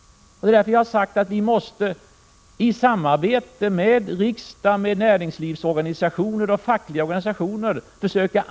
Därför har jag sagt att vi måste angripa den regionala obalansen i samarbete med riksdägen, näringslivsorganisationer och fackliga organisationer.